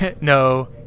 No